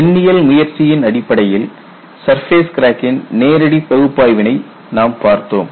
எண்ணியல் முயற்சியின் அடிப்படையில் சர்ஃபேஸ் கிராக்கின் நேரடி பகுப்பாய்வினை நாம் பார்த்தோம்